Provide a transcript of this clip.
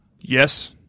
Yes